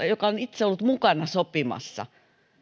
joka on itse ollut mukana sopimassa